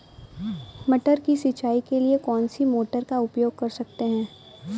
मटर की सिंचाई के लिए कौन सी मोटर का उपयोग कर सकते हैं?